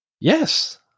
yes